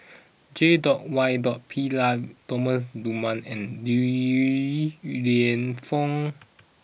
J dot Y dot Pillay Thomas Dunman and Li Lienfung